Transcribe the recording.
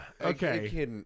Okay